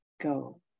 go